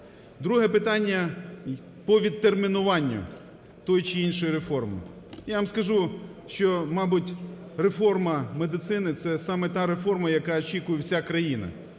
Друге питання – по відтермінуванню тієї чи іншої реформи. Я вам скажу, що, мабуть, реформа медицини – це саме та реформа, яку очікує вся країна.